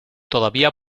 todavía